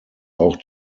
auch